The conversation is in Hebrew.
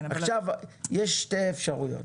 יש שתי אפשרויות: